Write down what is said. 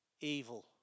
evil